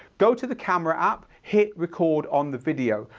go to the camera app, hit record on the video.